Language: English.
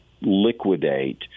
liquidate